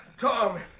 Tom